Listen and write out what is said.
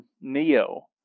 Neo